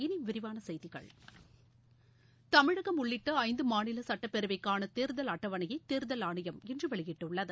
இனி வரிவான செய்திகள் தமிழகம் உள்ளிட்ட ஐந்து மாநில சட்டப்பேரவைக்கான தேர்தல் அட்டவணையை தேர்தல் ஆணையம் இன்று வெளியிட்டுள்ளது